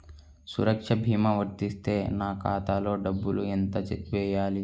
సురక్ష భీమా వర్తిస్తే నా ఖాతాలో డబ్బులు ఎంత వేయాలి?